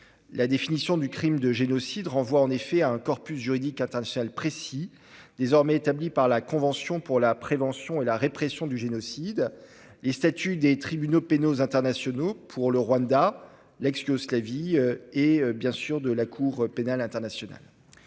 La définition du crime de génocide renvoie en effet à un corpus juridique international précis, désormais établi par la Convention pour la prévention et la répression du crime de génocide ainsi que par les statuts des tribunaux pénaux internationaux pour le Rwanda ou pour l'ex-Yougoslavie et, bien sûr, de la Cour pénale internationale.